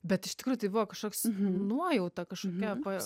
bet iš tikrųjų buvo kažkoks nuojauta kažkokia pa